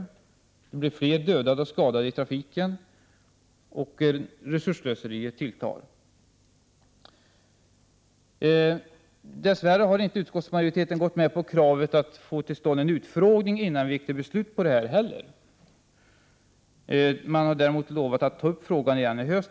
Ökad biltrafik leder till fler dödade och skadade i trafiken, och resursslöseriet tilltar. Dess värre har inte utskottsmajoriteten gått med på kravet att få till stånd en utfrågning innan vi gick till beslut. Man har däremot lovat att ta upp frågan igen i höst.